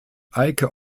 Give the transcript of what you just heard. eike